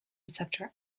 receptor